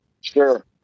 Sure